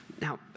Now